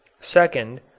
Second